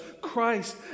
Christ